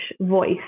voice